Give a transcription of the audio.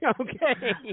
okay